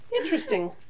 interesting